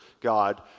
God